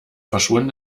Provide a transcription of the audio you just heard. verschwunden